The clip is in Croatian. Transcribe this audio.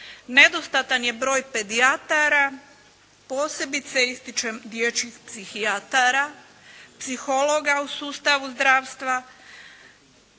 Nedostatan je broj pedijatara, posebice ističem dječjih psihijatara, psihologa u sustavu zdravstva.